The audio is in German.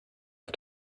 auf